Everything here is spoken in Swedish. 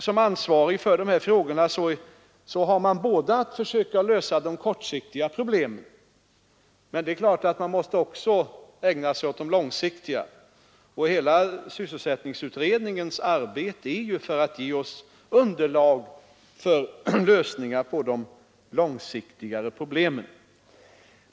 Som ansvarig för dessa frågor har man att försöka lösa de kortsiktiga problemen, men det är klart att man också måste ägna sig åt de långsiktiga. Hela sysselsättningsutredningens arbete skall ju ge oss underlag för lösningar på de långsiktiga problemen.